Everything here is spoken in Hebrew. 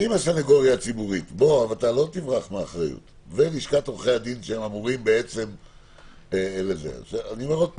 אם הסנגוריה הציבורית ולשכת עורכי הדין אני אומר עוד פעם,